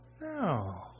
No